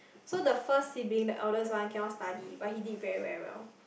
so the first sibling the eldest one cannot study but he did very very well